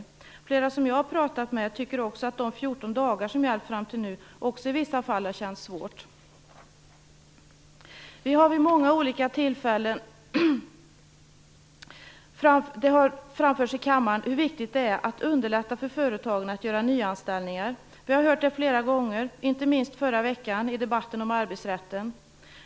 Flera som jag talat med tycker också att redan den bestämmelse om 14 dagar som gäller fram till nu i vissa fall känns svår. Det har vid många olika tillfällen framförts i denna kammare hur viktigt det är att underlätta för företagen att göra nyanställningar. Vi har hört det flera gånger, inte minst förra veckan i debatten om arbetsrätten.